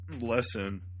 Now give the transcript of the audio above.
lesson